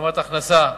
השלמת הכנסה,